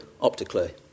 optically